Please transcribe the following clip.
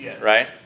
right